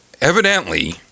evidently